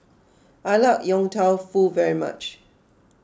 I like Yong Tau Foo very much